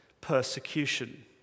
persecution